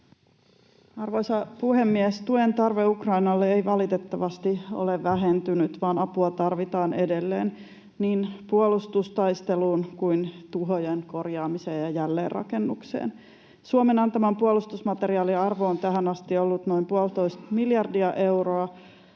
Arvoisa puhemies! Tuen tarve Ukrainalle ei valitettavasti ole vähentynyt, vaan apua tarvitaan edelleen niin puolustustaisteluun kuin tuhojen korjaamiseen ja jälleenrakennukseen. Suomen antaman puolustusmateriaalin arvo on tähän asti ollut noin puolitoista miljardia euroa,